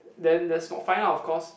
then that's not fine lah of course